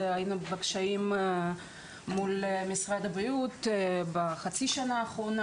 היינו בקשיים מול משרד הבריאות בחצי השנה האחרונה,